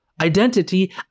identity